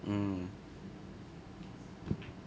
mm